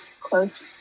close